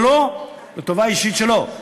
ולא לטובה אישית שלו,